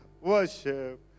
Worship